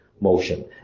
motion